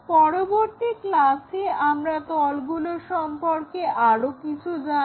পরবর্তী ক্লাসে আমরা এই তলগুলো সম্পর্কে আরও কিছু জানবো